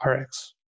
Rx